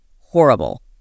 horrible